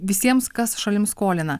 visiems kas šalims skolina